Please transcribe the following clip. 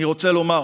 אני רוצה לומר